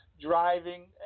driving